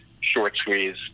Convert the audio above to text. short-squeeze